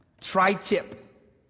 tri-tip